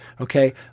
Okay